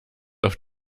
auf